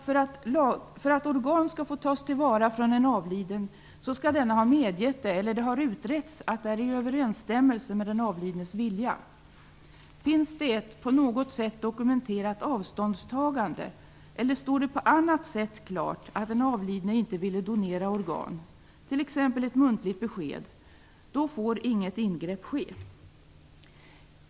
För att organ från en avliden skall få tas till vara skall denne ha medgett detta eller också skall det ha utretts att det sker i överensstämmelse med den avlidnes vilja. Om det finns ett på något sätt dokumenterat avståndstagande, eller om det på annat sätt står klart, t.ex. genom ett muntligt besked, att den avlidne inte ville donera organ, får inget ingrepp ske.